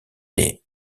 des